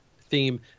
theme